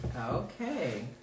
Okay